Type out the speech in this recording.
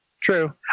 True